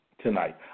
tonight